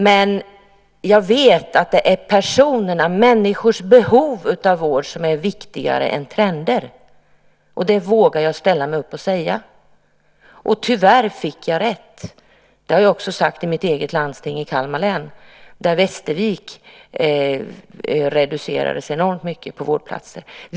Men jag vet att det är människors behov av vård som är viktigare än trender. Det vågar jag ställa mig upp och säga. Tyvärr fick jag rätt. Det har jag sagt i mitt eget landsting i Kalmar län där antalet vårdplatser i Västervik reducerades enormt.